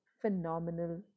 Phenomenal